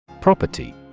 Property